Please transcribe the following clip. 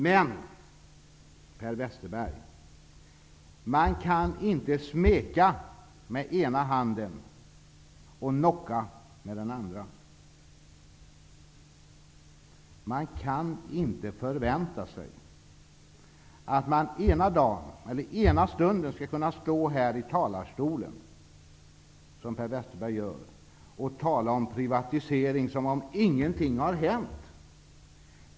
Men, herr Westerberg, man kan inte smeka med ena handen och knocka med den andra. Man kan inte förvänta sig att man skall kunna stå här i talarstolen, som herr Westerberg gör, och tala om privatisering som om ingenting har hänt.